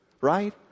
right